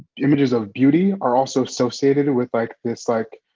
images of beauty are also associated with like this, like,